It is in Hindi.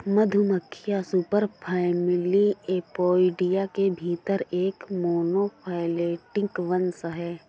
मधुमक्खियां सुपरफैमिली एपोइडिया के भीतर एक मोनोफैलेटिक वंश हैं